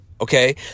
okay